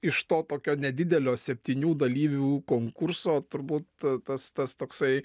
iš to tokio nedidelio septynių dalyvių konkurso turbūt tas tas toksai